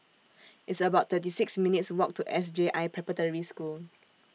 It's about thirty six minutes' Walk to S J I Preparatory School